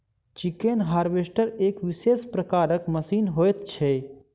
chicken harvester एक विशेष प्रकारक मशीन होइत छै